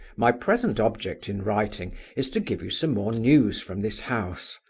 my present object in writing is to give you some more news from this house.